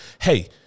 hey